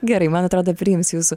gerai man atrodo priims jūsų